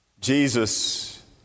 Jesus